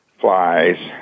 flies